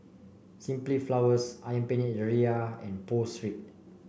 Simply Flowers ayam Penyet Ria and Pho Street